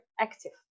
active